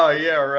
ah yeah,